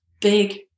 big